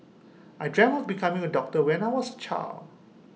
I dreamt of becoming A doctor when I was A child